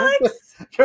alex